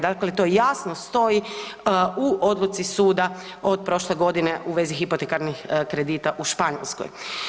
Dakle, to je jasno stoji u odluci suda od prošle godine u vezi hipotekarnih kredita u Španjolskoj.